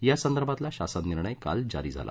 या संदर्भातला शासन निर्णय काल जारी झाला